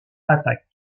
attaques